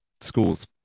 schools